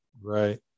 Right